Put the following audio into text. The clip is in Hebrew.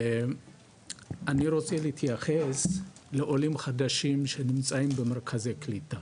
אני רוצה להתייחס לעולים חדשים שנמצאים במרכזי קליטה.